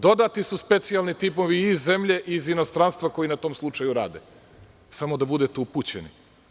Dodati su specijalni timovi iz zemlje i iz inostranstva koji na tom slučaju rade, samo da budete upućeni.